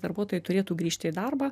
darbuotojai turėtų grįžti į darbą